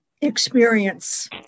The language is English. experience